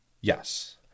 Yes